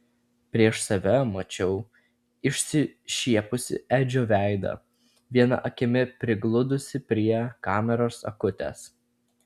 prieš save mačiau išsišiepusį edžio veidą viena akimi prigludusį prie kameros akutės